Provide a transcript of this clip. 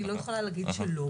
אני לא יכולה להגיד שלא,